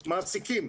מעסיקים,